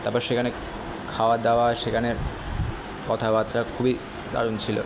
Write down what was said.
তারপর সেখানে খাওয়া দাওয়া সেখানে কথাবার্তা খুবই দারুণ ছিলো